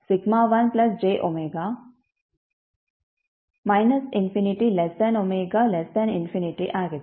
ಆದ್ದರಿಂದ ಅದು σ1 jω −∞ ω ∞ ಆಗಿದೆ